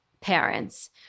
parents